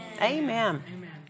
Amen